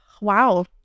Wow